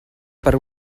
per